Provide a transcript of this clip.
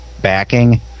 backing